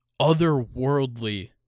otherworldly